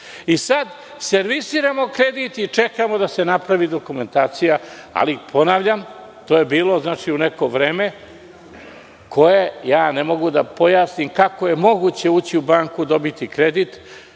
Sada servisiramo kredit i čekamo da se napravi dokumentacija. Ali, to je bilo u neko vreme koje ne mogu da pojasnim kako je moguće ući u banku, dobiti kredit